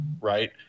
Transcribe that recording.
right